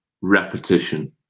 repetition